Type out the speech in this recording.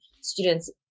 students